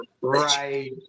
Right